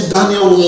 Daniel